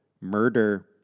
murder